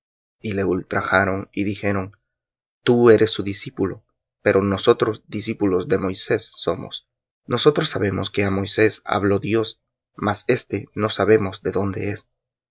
y le ultrajaron y dijeron tú eres su discípulo pero nosotros discípulos de moisés somos nosotros sabemos que á moisés habló dios mas éste no sabemos de dónde es